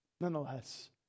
Nonetheless